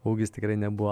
ūgis tikrai nebuvo